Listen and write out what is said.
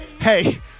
Hey